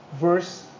verse